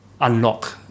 unlock